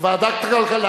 ועדת הכלכלה.